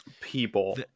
People